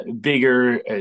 bigger